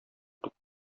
тук